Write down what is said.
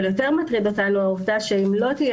אבל יותר מטרידה אותנו העובדה שאם לא תהיה